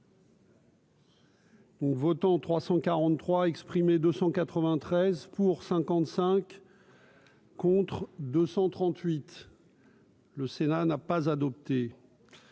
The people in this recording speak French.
votants 343 exprimés 293 pour 55 contre 238. Le Sénat n'a pas adopté.